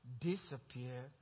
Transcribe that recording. disappear